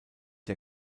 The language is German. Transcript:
der